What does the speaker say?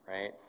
right